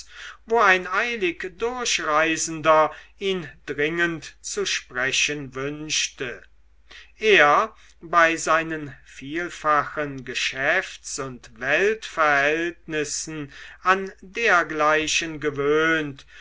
wo ein eilig durchreisender ihn dringend zu sprechen wünschte er bei seinen vielfachen geschäfts und weltverhältnissen an dergleichen gewöhnt